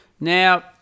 Now